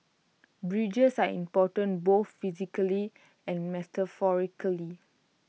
bridges are important both physically and metaphorically